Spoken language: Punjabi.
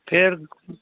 ਫੇਰ